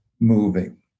moving